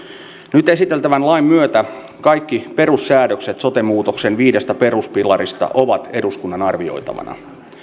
nyt esiteltävän lain myötä kaikki perussäädökset sote muutoksen viidestä peruspilarista ovat eduskunnan arvioitavana